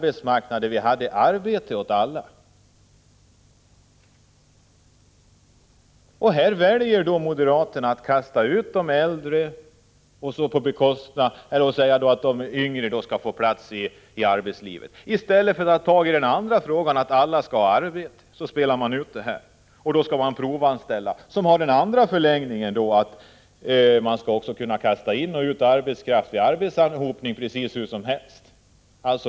1985/86:31 arbetsmarknad med arbete åt alla. Moderaterna väljer här att kasta ut de 20 november 1985 äldre och säga att de yngre skall få plats i arbetslivet. I stället för att försöka. = Z7-at or ordna arbete åt alla vill moderaterna ha provanställning, vilket i förlängningen innebär att man skall kunna kasta in och ut arbetskraft vid arbetsanhopning precis hur som helst.